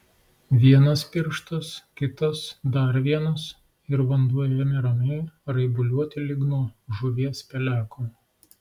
vienas pirštas kitas dar vienas ir vanduo ėmė ramiai raibuliuoti lyg nuo žuvies peleko